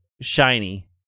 shiny